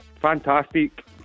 fantastic